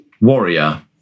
warrior